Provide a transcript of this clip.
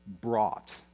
brought